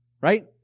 right